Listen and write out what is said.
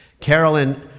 Carolyn